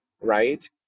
right